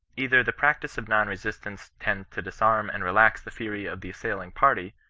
either the practice of non-resistance tends to disarm and relax the fury of the assailing party,